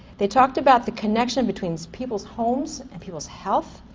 they talked about the connection between people's homes, and people's health.